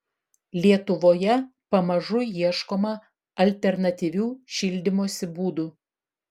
lietuvoje pamažu ieškoma alternatyvių šildymosi būdų